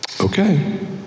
Okay